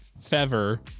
fever